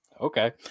okay